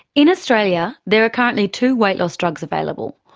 in australia there are currently two weight loss drugs available,